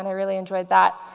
and really enjoyed that.